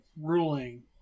ruling